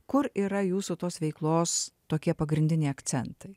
kur yra jūsų tos veiklos tokie pagrindiniai akcentai